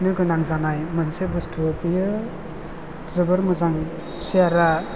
गोनां जानाय मोनसे बुस्थु बेयो जोबोर मोजां सेयारा